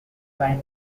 sign